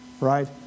right